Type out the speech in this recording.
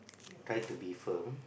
try to be firm